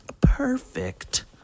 perfect